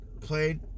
played